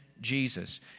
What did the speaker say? Jesus